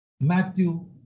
Matthew